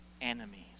enemies